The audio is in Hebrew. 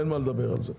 אין מה לדבר על זה.